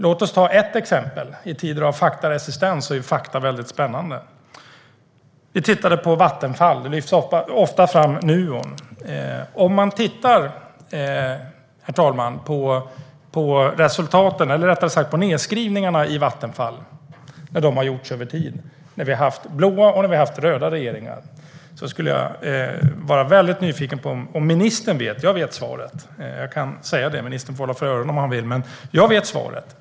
Låt oss ta ett exempel. I tider av faktaresistens är ju fakta väldigt spännande. Vi tittar på Vattenfall. Då lyfts Nuon ofta fram. Vi kan titta på resultaten eller rättare sagt nedskrivningarna i Vattenfall, på när de har gjorts över tid under blå regeringar och under röda regeringar. Jag är nyfiken på om ministern vet svaret. Jag vet svaret och kan säga det; ministern får hålla för öronen om han vill.